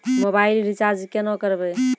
Mobile recharge केना करबै?